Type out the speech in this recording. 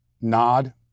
nod